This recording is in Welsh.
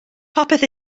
popeth